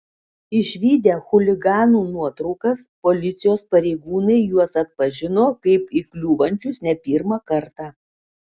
išvydę chuliganų nuotraukas policijos pareigūnai juos atpažino kaip įkliūvančius ne pirmą kartą